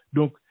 Donc